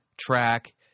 track